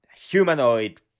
humanoid